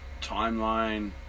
timeline